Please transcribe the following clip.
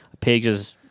pages